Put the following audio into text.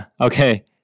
okay